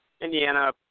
Indiana